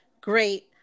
Great